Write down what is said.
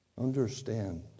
Understand